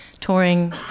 touring